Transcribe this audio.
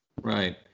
Right